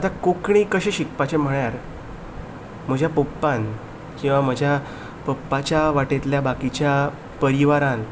आतां कोंकणी कशें शिकपाचें म्हळ्यार म्हज्या पप्पान किंवां म्हज्या पप्पाच्या वाटेंतल्या बाकीच्या परिवारान